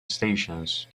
stations